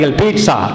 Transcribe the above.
pizza